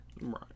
right